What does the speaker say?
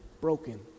broken